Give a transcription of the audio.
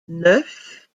neuf